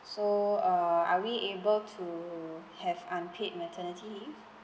so uh are we able to have unpaid maternity leave